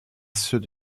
ceux